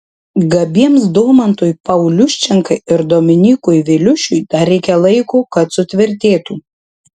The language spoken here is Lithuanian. gabiems domantui pauliuščenkai ir dominykui viliušiui dar reikia laiko kad sutvirtėtų